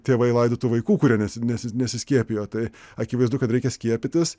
tėvai laidotų vaikų kurie nesi nesi nesiskiepijo tai akivaizdu kad reikia skiepytis